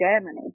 Germany